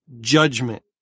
judgment